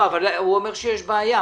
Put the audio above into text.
אבל הוא אומר שיש בעיה.